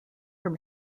from